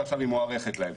ועכשיו היא מוארכת להם.